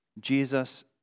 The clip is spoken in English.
Jesus